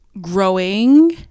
growing